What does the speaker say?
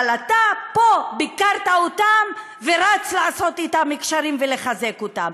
אבל אתה פה ביקרת אותם ורץ לעשות אתם קשרים ולחזק אותם,